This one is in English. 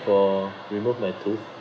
for remove my tooth